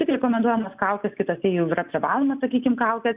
tik rekomenduojamos kaukės kitose jau yra privaloma sakykim kaukės